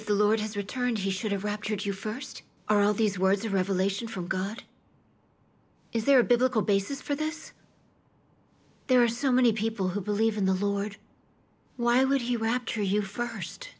if the lord has returned he should have raptured you st are all these words of revelation from god is there a biblical basis for this there are so many people who believe in the lord why would he rapture you